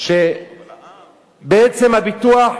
שבעצם הביטוח,